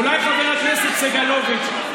אולי חבר הכנסת סגלוביץ',